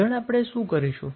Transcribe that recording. આગળ આપણે શું કરીશું